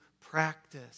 practice